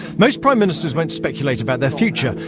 most prime ministers won't speculate about their future,